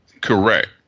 Correct